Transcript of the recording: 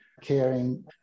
caring